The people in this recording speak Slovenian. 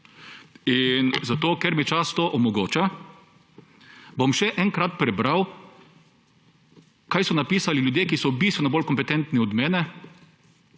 ni res. Ker mi čas to omogoča, bom še enkrat prebral, kaj so napisali ljudje, ki so bistveno bolj kompetentni od mene,